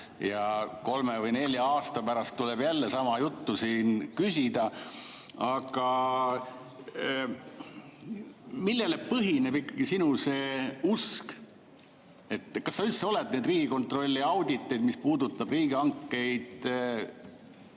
ja kolme või nelja aasta pärast tuleb jälle sama juttu siin küsida. Aga millel ikkagi põhineb sinu usk? Kas sa üldse oled neid Riigikontrolli auditeid, mis puudutavad riigihankeid,